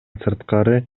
сырткары